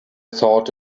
thought